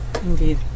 Indeed